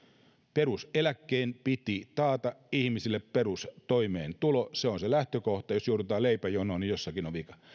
peruseläkkeen piti taata ihmisille perustoimeentulo se on se lähtökohta ja jos joudutaan leipäjonoon niin jossakin on vika